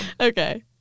Okay